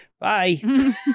Bye